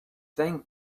thank